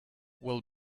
will